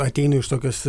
ateinu iš tokios